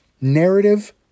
Narrative